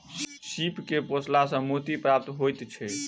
सीप के पोसला सॅ मोती प्राप्त होइत छै